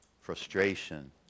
frustration